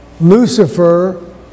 Lucifer